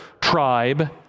tribe